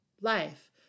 life